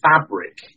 fabric